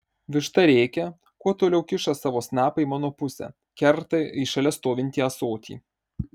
višta rėkia kuo toliau kiša savo snapą į mano pusę kerta į šalia stovintį ąsotį